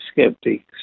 skeptics